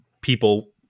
people